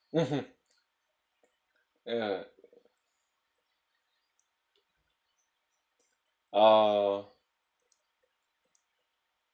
mmhmm ya ah